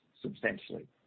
substantially